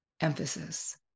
emphasis